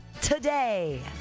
today